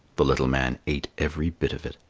the little man ate every bit of it.